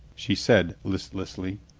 she said list lessly.